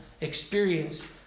experience